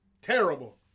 Terrible